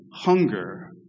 Hunger